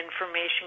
information